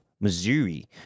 Missouri